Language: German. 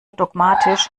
dogmatisch